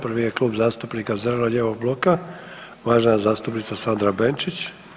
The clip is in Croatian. Prvi je Klub zastupnika Zeleno-lijevog bloka uvažena zastupnica Sandra Benčić.